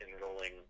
enrolling